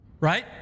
Right